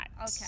okay